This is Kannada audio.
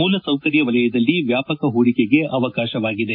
ಮೂಲಸೌಕರ್ಯ ವಲಯದಲ್ಲಿ ವ್ಯಾಪಕ ಹೂಡಿಕೆಗೆ ಅವಕಾಶವಾಗಿದೆ